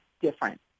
different